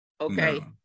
Okay